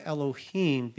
Elohim